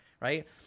right